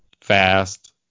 Fast